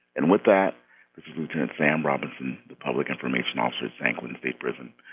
and with that, this is lieutenant sam robinson the public information officer at san quentin state prison.